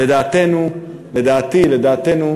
לדעתי,